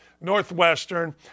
Northwestern